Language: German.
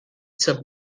zur